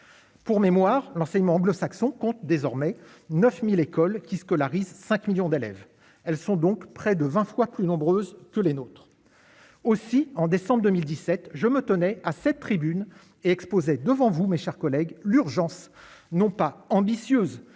Pour mémoire, l'enseignement anglo-saxon compte désormais 9000 écoles qui scolarisent 5 millions d'élèves, elles sont donc près de 20 fois plus nombreuses que les nôtres aussi en décembre 2017 je me tenais à cette tribune exposait, devant vous mes chers collègues, l'urgence n'ont pas ambitieuse